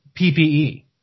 PPE